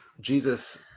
Jesus